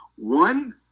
One